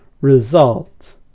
result